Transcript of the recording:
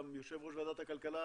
גם יושב ראש ועדת הכלכלה